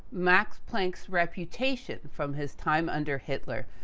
max planck's reputation from his time under hitler,